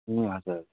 ए हजुर हजुर